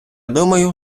думаю